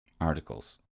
Articles